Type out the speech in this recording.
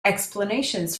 explanations